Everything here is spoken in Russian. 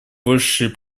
больше